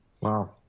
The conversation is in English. Wow